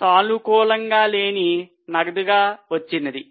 సానుకూలంగా లేని నగదుగా వచ్చినది